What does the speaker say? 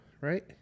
right